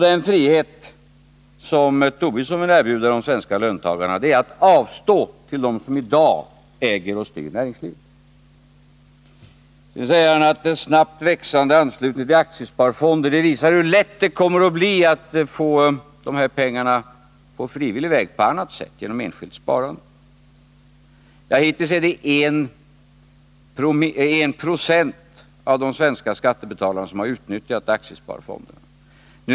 Den frihet som Lars Tobisson vill erbjuda de svenska löntagarna är att avstå till dem som i dag äger och styr näringslivet. Lars Tobisson säger vidare att en snabbt växande anslutning till aktiesparfonden visar hur lätt det kommer att bli att få pengarna genom frivilligt enskilt sparande. Hittills är det en procent av de svenska skattebetalarna som har utnyttjat aktiesparfonden.